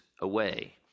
away